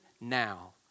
now